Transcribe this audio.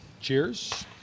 cheers